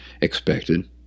expected